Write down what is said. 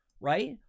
right